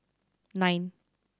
nine